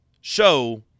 show